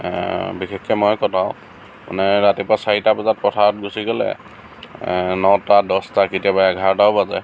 বিশেষকৈ মই কটাওঁ মানে ৰাতিপুৱা চাৰিটা বজাত পথাৰত গুচি গ'লে নটা দহটা কেতিয়াবা এঘাৰটাও বাজে